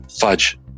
Fudge